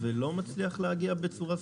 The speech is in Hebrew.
ולא מצליח להגיע בצורה סדירה.